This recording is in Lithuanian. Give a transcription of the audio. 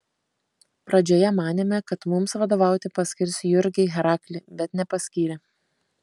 pradžioje manėme kad mums vadovauti paskirs jurgį heraklį bet nepaskyrė